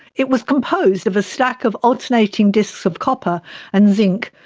it was composed of a stack of alternating discs of copper and zinc,